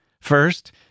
First